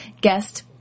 guest